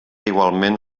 igualment